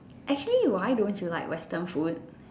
actually why don't you like Western food